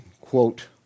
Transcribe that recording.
quote